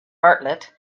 bartlett